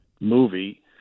movie